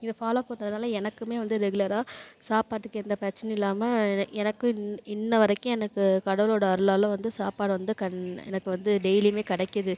இதை ஃபாலோ பண்ணுறதுனால எனக்குமே வந்து ரெகுலராக சாப்பாட்டுக்கு எந்த பிரச்சனையும் இல்லாமல் என எனக்கு இன் இன்ன வரைக்கும் எனக்கு கடவுளோட அருளால் வந்து சாப்பாடு வந்து கண் எனக்கு வந்து டெய்லியுமே கிடைக்கிது